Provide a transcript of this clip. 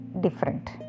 different